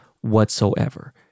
whatsoever